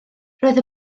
roedd